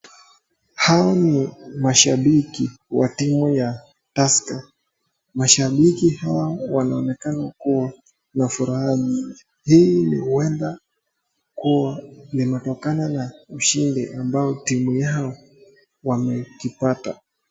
Hawa ni mashabiki wa timu ya tusker, mashabiki hawa wanaonekana kuwa na furaha nyingi. Hii ni huenda kuwa limetokana na ushindi ambao timu yao wamekipata.